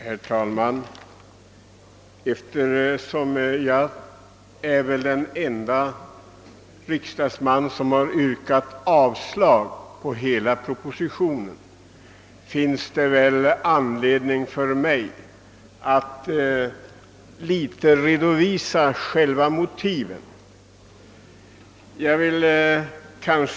Herr talman! Eftersom jag väl är den ende riksdagsman som har yrkat avslag på hela propositionen, finns det anledning för mig att i någon mån redovisa motiven för mitt yrkande.